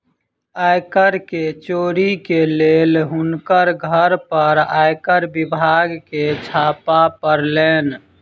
आय कर के चोरी के लेल हुनकर घर पर आयकर विभाग के छापा पड़लैन